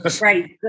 Right